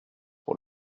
pour